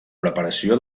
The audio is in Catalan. preparació